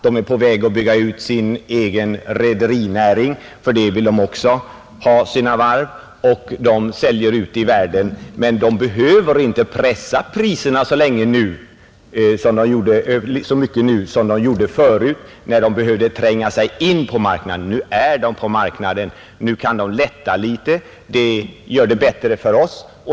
De är på väg att bygga ut sin egen rederinäring — för det vill de också ha sina varv — och de säljer ute i världen, men de behöver inte pressa priserna så mycket nu som de gjorde förut, när de behövde tränga sig in på marknaden, Nu är de inne på marknaden, Nu kan de lätta litet. Det gör situationen bättre för oss.